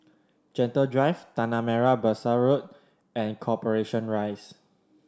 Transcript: Gentle Drive Tanah Merah Besar Road and Corporation Rise